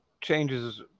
changes